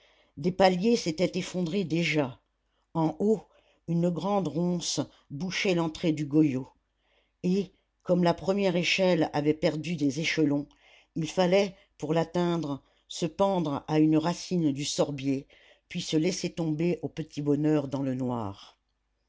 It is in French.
des paliers s'étaient effondrés déjà en haut une grande ronce bouchait l'entrée du goyot et comme la première échelle avait perdu des échelons il fallait pour l'atteindre se pendre à une racine du sorbier puis se laisser tomber au petit bonheur dans le noir